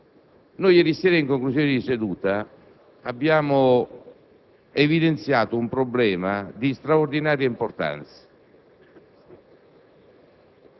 ieri sera in conclusione di seduta. Ieri sera abbiamo evidenziato un problema di straordinaria importanza.